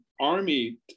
army